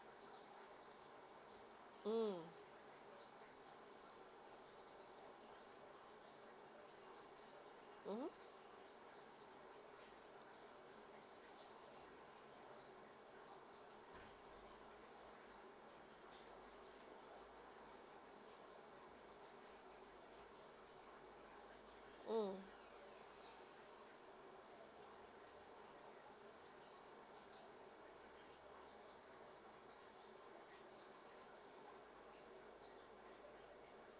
mm mmhmm mm